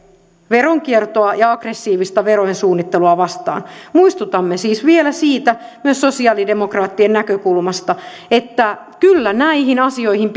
veronkiertoa ja aggressiivista verojen suunnittelua vastaan muistutamme siis vielä siitä myös sosialidemokraattien näkökulmasta että kyllä näihin asioihin